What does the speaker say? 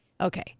okay